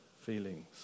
feelings